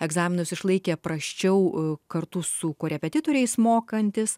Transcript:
egzaminus išlaikė prasčiau kartu su korepetitoriais mokantis